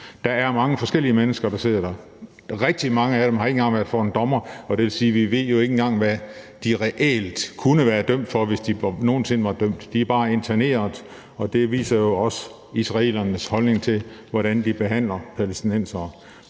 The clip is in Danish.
Det er mange forskellige mennesker, der sidder der. Rigtig mange af dem har ikke engang været for en dommer, og det vil sige, at vi jo ikke engang ved, hvad de reelt kunne være dømt for, hvis de nogen sinde var blevet dømt. De er bare interneret, og det viser jo også israelernes holdning, og hvordan de behandler palæstinensere: